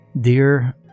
Dear